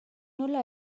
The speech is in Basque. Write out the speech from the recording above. nola